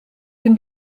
can